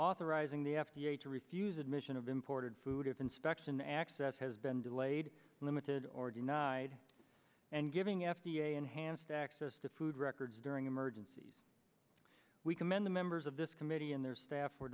authorizing the f d a to refuse admission of imported food inspection access has been delayed limited or denied and giving f d a enhanced access to food records during emergencies we commend the members of this committee and their staff